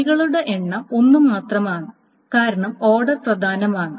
വഴികളുടെ എണ്ണം 1 മാത്രമാണ് കാരണം ഓർഡർ പ്രധാനമാണ്